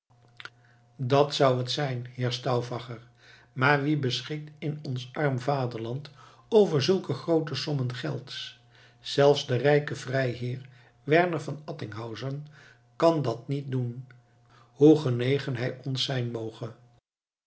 dat zou het zijn heer stauffacher maar wie beschikt in ons arm vaderland over zulke groote sommen gelds zelfs de rijke vrijheer werner van attinghausen kan dat niet doen hoe genegen hij ons zijn moge